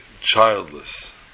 childless